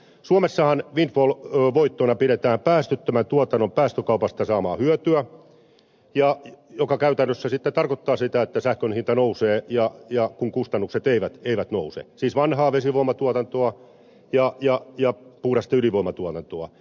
suomessahan windfall voittoina pidetään päästöttömän tuotannon päästökaupasta saamaa hyötyä mikä käytännössä tarkoittaa sitä että sähkön hinta nousee vaikka kustannukset eivät nouse kun on siis vanhaa vesivoimatuotantoa ja puhdasta ydinvoimatuotantoa